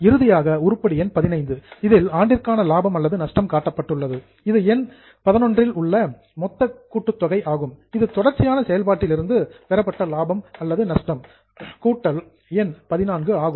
இறுதியாக உருப்படி எண் XV இல் ஆண்டிற்கான லாபம் அல்லது நஷ்டம் காட்டப்பட்டுள்ளது இது எண் XI இல் உள்ள மொத்த கூட்டுத்தொகை ஆகும் இது தொடர்ச்சியான செயல்பாட்டில் இருந்து பெறப்பட்ட லாபம் அல்லது நஷ்டம் கூட்டல் எண் XIV ஆகும்